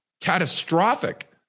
catastrophic